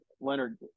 Leonard